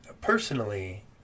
personally